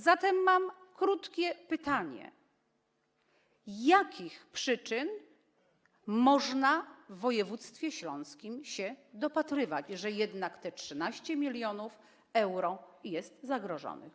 Zatem mam krótkie pytanie: Jakich przyczyn można w województwie śląskim się dopatrywać, że jednak te 13 mln euro jest zagrożonych?